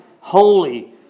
holy